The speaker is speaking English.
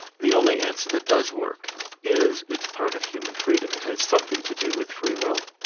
the only answer that does work is it's part of human freedom. it has something to do with free will